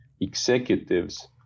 executives